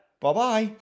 Bye-bye